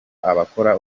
abakora